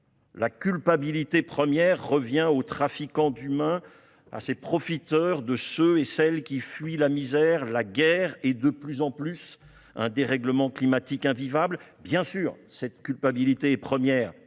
la culpabilité première revient aux trafiquants d'êtres humains, profiteurs de celles et ceux qui fuient la misère, la guerre et, de plus en plus, un dérèglement climatique invivable. Bien sûr, cette culpabilité est première,